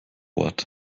ort